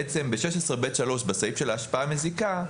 בעצם ב-16(ב)(3) בסעיף של ההשפעה המזיקה,